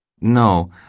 No